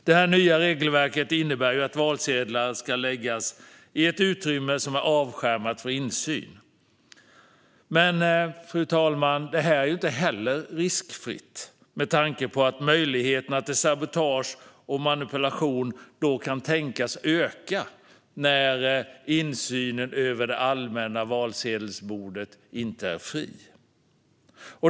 Det nya regelverket innebär att valsedlar ska läggas i ett utrymme som är avskärmat för insyn. Fru talman! Detta är inte heller riskfritt med tanke på att möjligheterna till sabotage och manipulation då kan tänkas öka när insynen över det allmänna valsedelsbordet inte är fri.